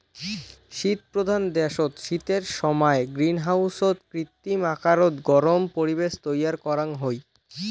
শীতপ্রধান দ্যাশত শীতের সমায় গ্রীনহাউসত কৃত্রিম আকারত গরম পরিবেশ তৈয়ার করাং হই